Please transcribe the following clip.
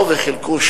באו וחילקו,